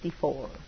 1964